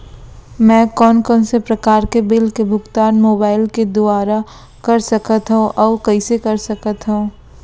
मैं कोन कोन से प्रकार के बिल के भुगतान मोबाईल के दुवारा कर सकथव अऊ कइसे कर सकथव?